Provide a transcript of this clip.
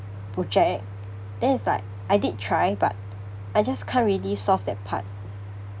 project then it's like I did try but I just can't really solve that part